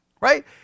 right